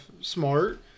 smart